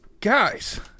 Guys